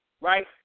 right